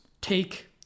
take